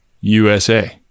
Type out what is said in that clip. USA